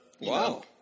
Wow